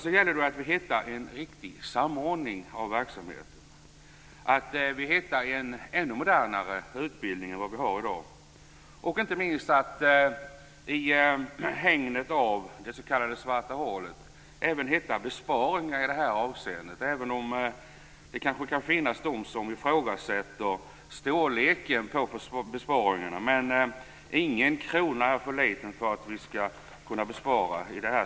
Det gäller att vi hittar en riktig samordning av verksamheten, att vi hittar en ännu modernare utbildning än vad vi har i dag och inte minst att vi i hägnet av det s.k. svarta hålet hittar besparingar i det här avseendet, även om det kan finnas de som ifrågasätter storleken på besparingarna. Men ingen krona är för liten för att kunna sparas.